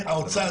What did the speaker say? האוצר,